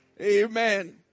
Amen